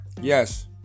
yes